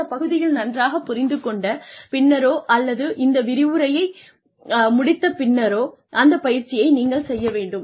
இந்த பகுதியை நன்றாகப் புரிந்து கொண்ட பின்னரோ அல்லது இந்த விரிவுரை முடிந்த பின்னரோ அந்த பயிற்சியை நீங்கள் செய்ய வேண்டும்